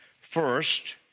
First